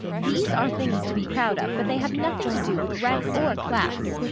these are things to be proud of, but they have nothing to do with rank or class.